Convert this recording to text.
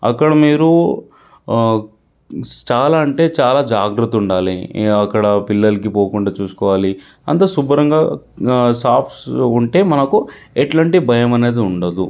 అక్కడ మీరు చాలా అంటే చాలా జాగ్రత్తగా ఉండాలి ఇంకా అక్కడ పిల్లలకి పోకుండా చూసుకోవాలి అంతా శుభ్రంగా సాఫ్ ఉంటే మనకు ఎట్లాంటి భయమనేది ఉండదు